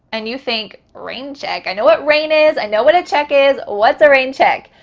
and you think, rain check? i know what rain is. i know what a check is. what's a rain check?